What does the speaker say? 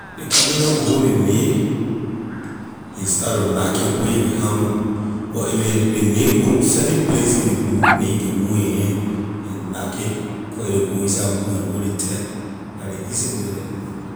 Ley carpenter will hold ley nail and start to knack it with ley hammer but if ley ley nail go certain place in ley hole then he can move his hand and knack it for it to go inside good and hold a tight la ley easy way the.